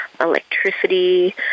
electricity